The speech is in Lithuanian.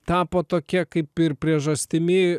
tapo tokia kaip ir priežastimi